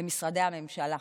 למשרדי הממשלה,